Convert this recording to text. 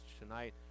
tonight